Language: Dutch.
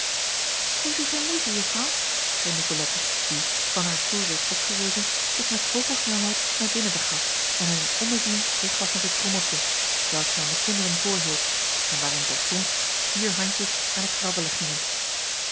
geef u geen moeite juffrouw zeî nicolette die van haar stoel reeds opgerezen zich met vogelsnelheid naar binnen begaf en in een ommezien terug was met het trommeltje t welk zij aan de kinderen voorhield en waarin terstond vier handjes aan t grabbelen gingen